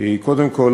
קודם כול,